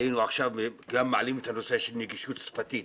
היינו עכשיו גם מעלים את הנושא של נגישות שפתית,